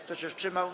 Kto się wstrzymał?